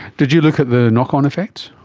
did you look at the knock-on effects?